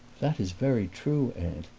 that is very true, aunt,